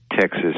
Texas